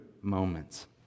moments